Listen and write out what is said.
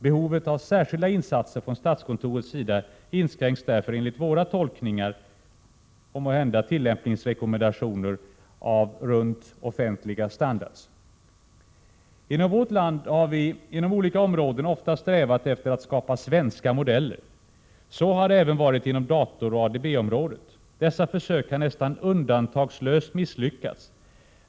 Behovet av särskilda insatser från statskontorets sida inskränks därför, enligt våra tolkningar, och måhända bör statskontoret kunna utfärda tillämpningsrekommendationer som innebär att man kan gå runt offentliga standarder. Inom vårt land har vi inom olika områden oftast strävat efter att skapa svenska modeller. Så har det även varit inom datoroch ADB-området. Dessa försök har nästan undantagslöst misslyckats.